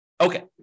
Okay